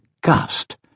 gust